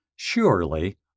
surely